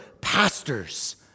pastors